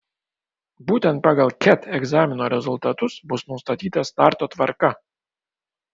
būtent pagal ket egzamino rezultatus bus nustatyta starto tvarka